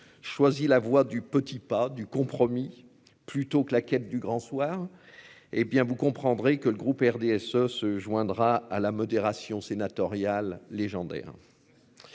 choisi la voie du petit pas du compromis plutôt que la quête du grand soir. Eh bien vous comprendrez que le groupe RDSE se joindra à la modération sénatoriale légendaire.